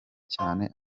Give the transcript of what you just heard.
cyane